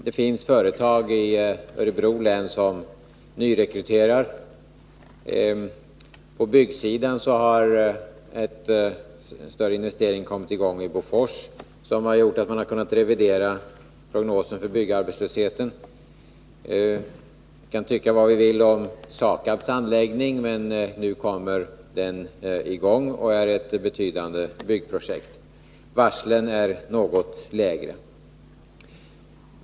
Det finns företag i Örebro län som nyrekryterar folk. På byggsidan har i Bofors en större investering kommit i gång, som har gjort att man kunnat revidera prognosen för byggarbetslösheten. Vi kan tycka vad vi vill om SAKAB:s handläggning, men nu kommer den i gång, och den är ett betydande byggprojekt. Antalet varsel är dessutom något lägre.